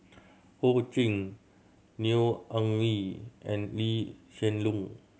Ho Ching Neo Anngee and Lee Hsien Loong